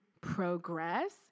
progress